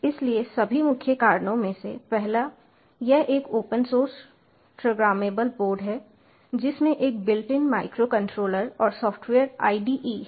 इसलिए सभी मुख्य कारणों में से पहला यह एक ओपन सोर्स प्रोग्रामेबल बोर्ड है जिसमें एक बिल्ट इन माइक्रोकंट्रोलर और सॉफ्टवेयर IDE है